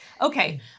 Okay